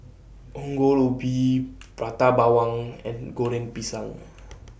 Ongol Ubi Prata Bawang and Goreng Pisang